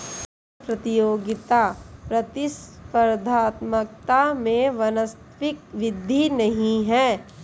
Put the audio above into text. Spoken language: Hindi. कर प्रतियोगिता प्रतिस्पर्धात्मकता में वास्तविक वृद्धि नहीं है